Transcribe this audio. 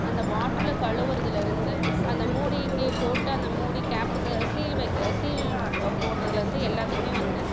அந்த பாட்டிலை கழுவுவதுலேருந்து அந்த மூடிக்கு போட்டு அந்த மூடி கேப்புக்கு சீல் வைக்க சீல் போடுவதுலேருந்து எல்லாத்துக்குமே வந்து